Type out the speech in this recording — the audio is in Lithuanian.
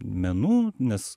menu nes